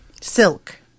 silk